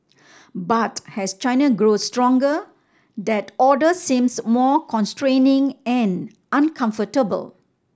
but as China grows stronger that order seems more constraining and uncomfortable